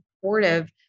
supportive